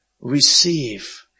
receive